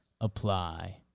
apply